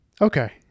Okay